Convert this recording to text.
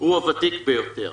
הוא הוותיק ביותר.